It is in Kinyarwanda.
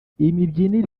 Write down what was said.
imibyinire